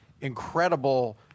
incredible